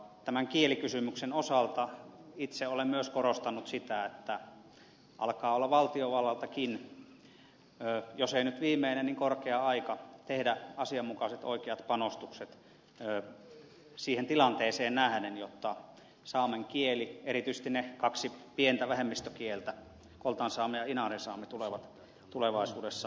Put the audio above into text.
tämän kielikysymyksen osalta itse olen myös korostanut sitä että alkaa olla valtiovallaltakin jos ei nyt viimeinen niin korkea aika tehdä asianmukaiset oikeat panostukset siihen tilanteeseen nähden jotta saamen kieli erityisesti ne kaksi pientä vähemmistökieltä koltansaame ja inarinsaame tulee tulevaisuudessa säilymään